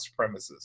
supremacists